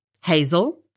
Hazel